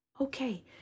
Okay